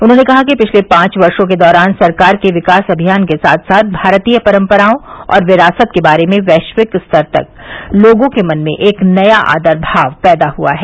उन्होंने कहा कि पिछले पांच वर्षो के दौरान सरकार के विकास अभियान के साथ साथ भारतीय परम्पराओं और विरासत के बारे में वैश्विक स्तर पर लोगों के मन में एक नया आदर भाव पैदा हुआ है